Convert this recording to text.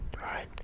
Right